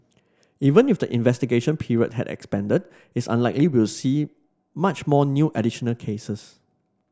even if the investigation period had expanded it's unlikely we'll see much more new additional cases